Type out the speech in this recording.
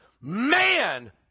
man